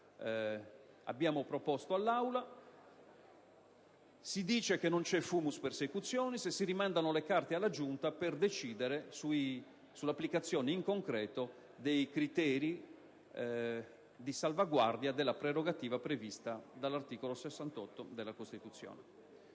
Partito Democratico, si dice che non c'è *fumus persecutionis* e si rimandano le carte alla Giunta per decidere sull'applicazione in concreto dei criteri di salvaguardia della prerogativa prevista dall'articolo 68 della Costituzione.